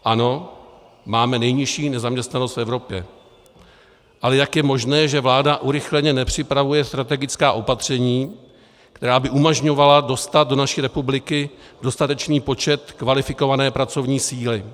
Ano, máme nejnižší nezaměstnanost v Evropě, ale jak je možné, že vláda urychleně nepřipravuje strategická opatření, která by umožňovala dostat do naší republiky dostatečný počet kvalifikované pracovní síly?